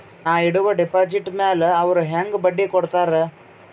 ನಾ ಇಡುವ ಡೆಪಾಜಿಟ್ ಮ್ಯಾಲ ಅವ್ರು ಹೆಂಗ ಬಡ್ಡಿ ಕೊಡುತ್ತಾರ?